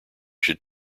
should